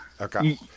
Okay